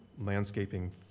landscaping